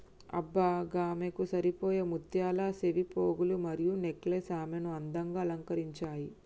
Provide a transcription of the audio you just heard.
అబ్బ గామెకు సరిపోయే ముత్యాల సెవిపోగులు మరియు నెక్లెస్ ఆమెను అందంగా అలంకరించాయి